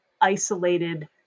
isolated